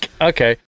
okay